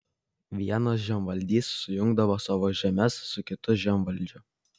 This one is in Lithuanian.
vienas žemvaldys sujungdavo savo žemes su kitu žemvaldžiu